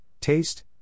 taste